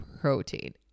protein